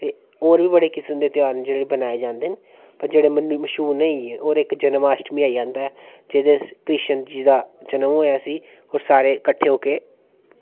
ते होर बी बड़े किसम दे ध्यार न जेह्ड़े बनाए जंदे न पर जेह्ड़े मश्हूर न इ'यै न होर इक जन्माष्टमी आई जांदा ऐ जेहदे च कृष्ण जी दा जन्म होएआ सी ओह् सारे कट्ठे हो के